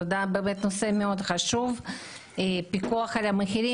זה באמת נושא מאוד חשוב - פיקוח על המחירים,